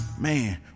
Man